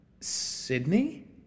Sydney